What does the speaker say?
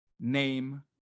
name